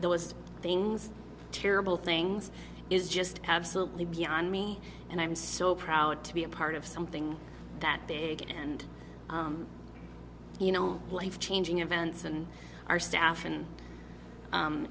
list things terrible things is just absolutely beyond me and i'm so proud to be a part of something that big and you know life changing events and our staff and